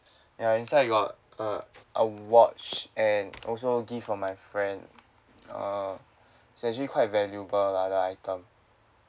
ya inside got uh a watch and also gift for my friend err it's actually quite valuable lah the item